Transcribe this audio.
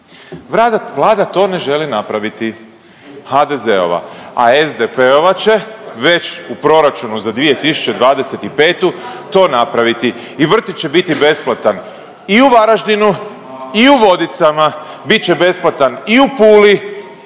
Vlada to ne želi napraviti, HDZ-ova, a SDP-ova će već u proračunu za 2025. to napraviti i vrtić će biti besplatan i u Varaždinu i u Vodicama, bit će besplatan i u Puli